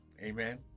amen